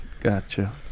gotcha